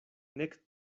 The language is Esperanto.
nek